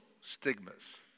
stigmas